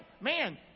Man